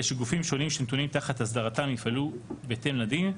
שגופים שונים שנתונים תחת הסדרתם יפעלו בהתאם לדין,